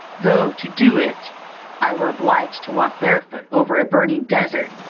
though to do it i were obliged to walk barefoot over a burning desert,